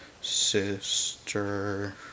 sister